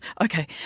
Okay